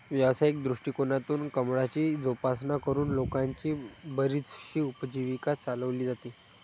व्यावसायिक दृष्टिकोनातून कमळाची जोपासना करून लोकांची बरीचशी उपजीविका चालवली जाते